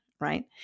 right